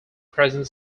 present